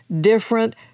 different